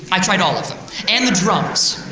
i tried all of them. and the drums.